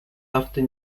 after